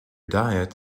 diet